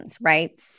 Right